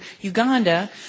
Uganda